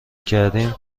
کردیم